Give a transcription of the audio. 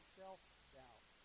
self-doubt